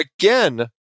again